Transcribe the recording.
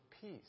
peace